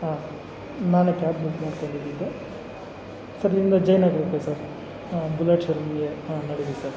ಹಾಂ ನಾನೇ cab book ಮಾಡ್ಕೋಂಡಿದಿದ್ದು ಸರ್ ಇಲ್ಲಿಂದ ಜಯನಗ್ರಕ್ಕೆ ಸರ್ ಹಾಂ ಬುಲೆಟ್ ಶೋ ರೂಮಿಗೆ ಹಾಂ ನಡೀರಿ ಸರ್